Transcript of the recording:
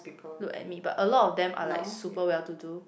look at me but a lot of them are like super well to do